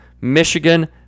Michigan